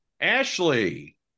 Ashley